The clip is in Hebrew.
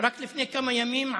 כדי שלא יביעו את